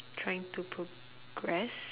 trying to progress